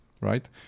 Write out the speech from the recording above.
right